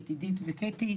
הזה.